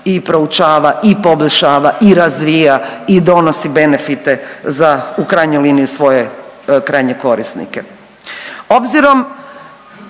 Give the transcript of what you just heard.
i proučava i poboljšava i razvija i donosi benefite za u krajnjoj liniji svoje krajnje korisnike. Obzirom